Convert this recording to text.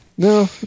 No